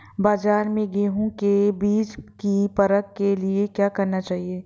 बाज़ार में गेहूँ के बीज की परख के लिए क्या करना चाहिए?